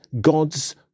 God's